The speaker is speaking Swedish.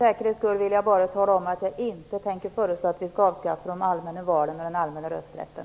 Herr talman! Jag vill för säkerhets skull tala om att jag inte tänker föreslå att vi skall avskaffa de allmänna valen och den allmänna rösträtten.